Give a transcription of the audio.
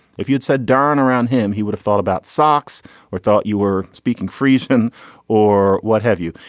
if you'd said done around him he would have thought about socks or thought you were speaking friesen or what have you.